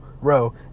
row